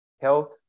health